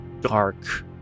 dark